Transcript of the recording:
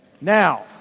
Now